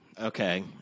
Okay